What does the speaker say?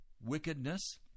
wickedness